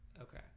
okay